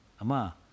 Ama